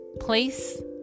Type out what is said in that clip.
place